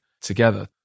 together